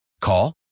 Call